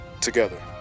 together